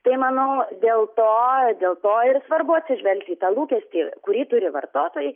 tai manau dėl to dėl to ir svarbu atsižvelgti į tą lūkestį kurį turi vartotojai